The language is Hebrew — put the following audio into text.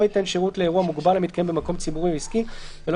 לא ייתן שירות לאירוע מוגבל המתקיים במקום ציבורי או עסקי ולא